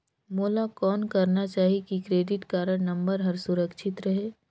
मोला कौन करना चाही की क्रेडिट कारड नम्बर हर सुरक्षित रहे?